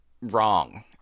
wrong